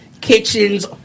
kitchens